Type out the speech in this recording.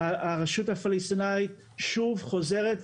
הרשות הפלסטינאית שוב חוזרת,